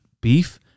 beef